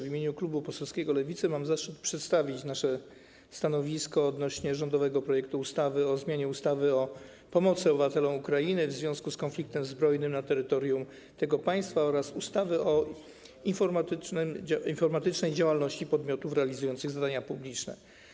W imieniu klubu parlamentarnego Lewica mam zaszczyt przedstawić nasze stanowisko wobec rządowego projektu ustawy o zmianie ustawy o pomocy obywatelom Ukrainy w związku z konfliktem zbrojnym na terytorium tego państwa oraz ustawy o informatyzacji działalności podmiotów realizujących zadania publiczne.